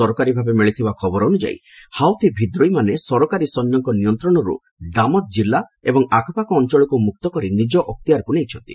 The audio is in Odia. ସରକାରୀଭାବେ ମିଳିଥିବା ଖବର ଅନୁସାରେ ହାଉଥି ବିଦ୍ରୋହୀମାନେ ସରକାରୀ ସୈନ୍ୟଙ୍କ ନିୟନ୍ତ୍ରଣରୁ ଡାମଥ୍ କିଲ୍ଲା ଏବଂ ଆଖପାଖ ଅଞ୍ଚଳକୁ ମୁକ୍ତ କରି ନିଜ ଅକ୍ତିଆରକୁ ନେଇଛନ୍ତି